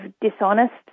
dishonest